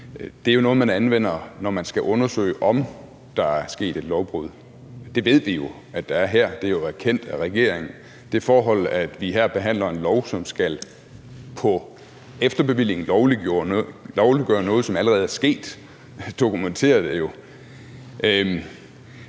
Det er jo noget, man anvender, når man skal undersøge, om der er sket et lovbrud. Det ved vi jo at der er her. Det er jo erkendt af regeringen. Det forhold, at vi her behandler en lov, som på efterbevilling skal lovliggøre noget, som allerede er sket, dokumenterer det jo.